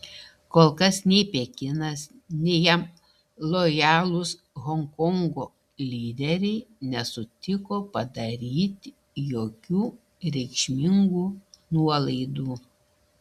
kol kas nei pekinas nei jam lojalūs honkongo lyderiai nesutiko padaryti jokių reikšmingų nuolaidų